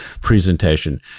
presentation